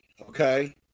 okay